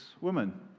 woman